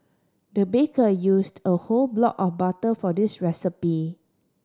the baker used a whole block of butter for this recipe